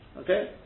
Okay